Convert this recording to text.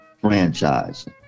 franchise